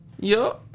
Yo